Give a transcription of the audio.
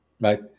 right